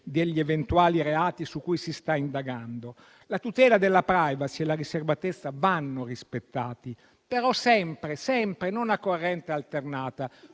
degli eventuali reati su cui si sta indagando. La tutela della *privacy* e la riservatezza vanno rispettati, però sempre e non a corrente alternata.